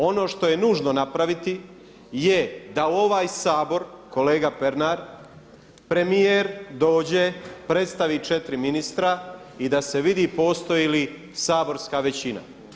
Ono što je nužno napraviti je da u ovaj Sabor, kolega Pernar, premijer dođe, predstavi 4 ministra i da se vidi postoji li saborska većina.